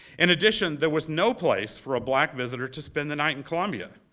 in addition, there was no place for a black visitor to spend the night in columbia.